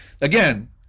again